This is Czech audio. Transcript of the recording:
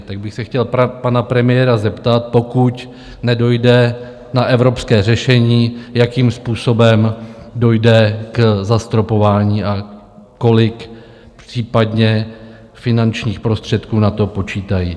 Tak bych se chtěl pana premiéra zeptat: pokud nedojde na evropské řešení, jakým způsobem dojde k zastropování a kolik případně finančních prostředků na to počítají?